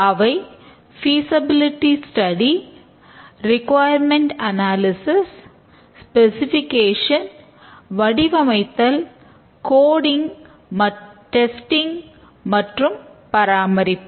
அவை ஃபிசபிலிடிஸ்டடி மற்றும் பராமரிப்பு